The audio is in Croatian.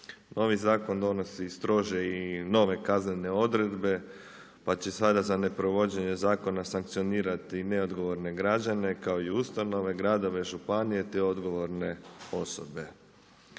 Novi zakon donosi strože i nove kaznene odredbe pa će sada za neprovođenje zakona sankcionirati i neodgovorne građane kao i ustanove, gradove, županije te odgovorne osobe.